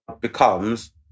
becomes